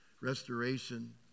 restoration